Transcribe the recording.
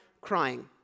crying